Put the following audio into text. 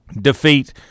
defeat